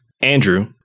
Andrew